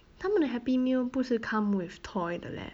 他们的 happy meal 不是 come with toy 的咧